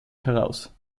heraus